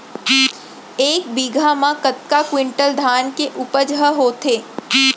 एक बीघा म कतका क्विंटल धान के उपज ह होथे?